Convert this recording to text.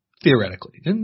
theoretically